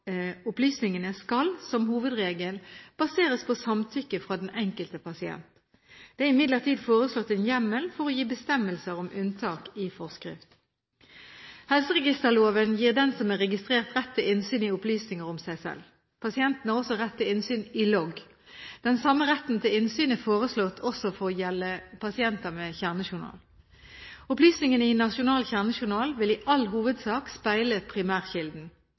opplysningene skal, som hovedregel, baseres på samtykke fra den enkelte pasient. Det er imidlertid foreslått en hjemmel for å gi bestemmelser om unntak i forskrift. Helseregisterloven gir den som er registrert, rett til innsyn i opplysninger om seg selv. Pasienten har også rett til innsyn i logg. Den samme retten til innsyn er foreslått også å gjelde pasienter med kjernejournal. Opplysningene i nasjonal kjernejournal vil i all hovedsak speile primærkilden.